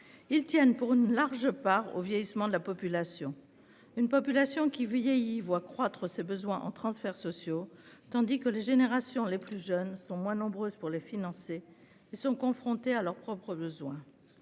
Ils tiennent pour une large part au vieillissement de la population. Une population qui vieillit voit croître ses besoins en transferts sociaux, tandis que les générations les plus jeunes sont moins nombreuses pour les financer et sont confrontées à leurs propres besoins.